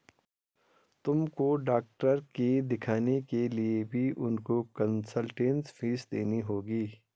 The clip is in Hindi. तुमको डॉक्टर के दिखाने के लिए भी उनको कंसलटेन्स फीस देनी होगी